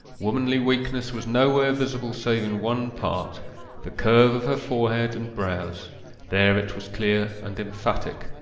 womanly weakness was nowhere visible save in one part the curve of her forehead and brows there it was clear and emphatic.